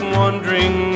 wondering